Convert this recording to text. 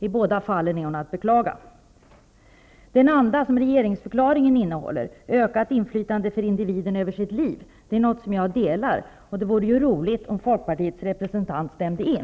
I båda fallen är hon att beklaga. Den anda som regeringsförklaringen innehåller -- dvs. ökat inflytande för individen över sitt liv -- är någonting som jag delar, och det vore roligt om folkpartiets representant stämde in.